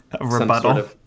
rebuttal